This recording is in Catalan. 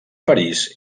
parís